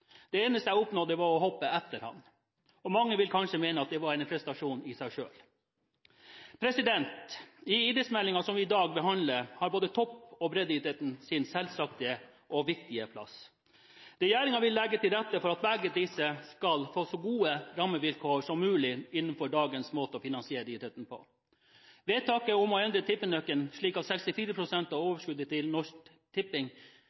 Det eneste jeg oppnådde var å hoppe etter han – og mange vil kanskje mene at det var en prestasjon i seg selv. I idrettsmeldingen som vi i dag behandler, har både topp- og breddeidretten sin selvsagte og viktige plass. Regjeringen vil legge til rette for at begge disse skal få så gode rammevilkår som mulig innenfor dagens måte å finansiere idretten på. Vedtaket om å endre tippenøkkelen slik at 64 pst. av overskuddet til Norsk Tipping